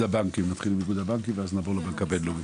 נתחיל מאיגוד הבנקים ואז נעבור לבנק הבינלאומי.